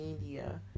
media